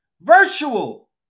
virtual